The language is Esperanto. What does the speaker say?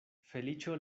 feliĉo